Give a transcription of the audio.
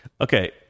Okay